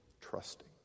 trusting